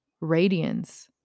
radiance